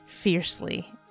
fiercely